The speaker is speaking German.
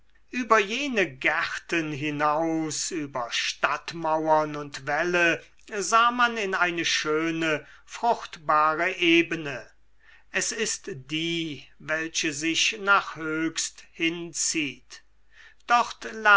über jene gärten hinaus über stadtmauern und wälle sah man in eine schöne fruchtbare ebene es ist die welche sich nach höchst hinzieht dort